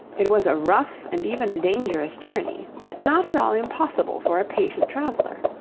it was a rough and even a dangerous journey, but not at all impossible for patient traveller.